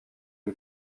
une